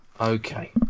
Okay